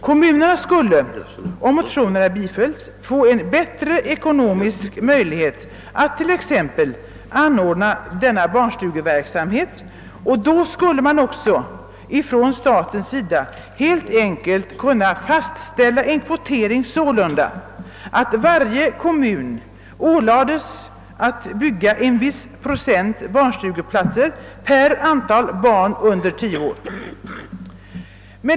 Kommunerna skulle, om motionerna bifölls, få bättre ekonomisk möjlighet att t.ex. anordna denna barnstugeverksamhet. Då skulle man också från statens sida helt enkelt kunna fastställa en kvotering sålunda, att varje kommun ålades att bygga en viss procent barnstugeplatser per visst antal barn under 10 år.